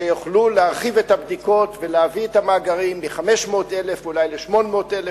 שיוכלו להרחיב את הבדיקות ולהביא את המאגרים מ-500,000 אולי ל-800,000,